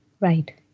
Right